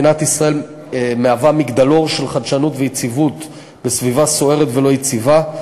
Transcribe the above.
מדינת ישראל מהווה מגדלור של חדשנות ויציבות בסביבה סוערת ולא יציבה.